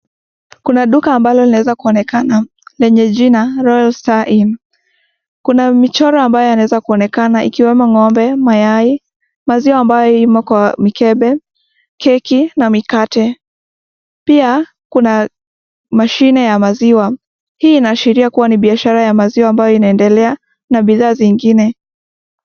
Kuna duka ambalo laweza kuonekana lenye jina , loyal Star Aim ,kuna michoro ambayo yanaweza kuonekana ikiwemo ng'ombe, mayai, maziwa ambayo imo kwa mikembe ,keki na mikate, pia kuna mashini ya maziwa ,hii inaashiria kuwa ni biashara ya maziwa ambayo inaendelea na bithaa zingine.